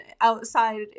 outside